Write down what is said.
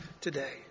today